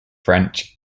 french